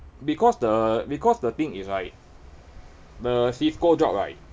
because the because the thing is right the CISCO job right